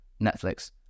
Netflix